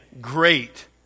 great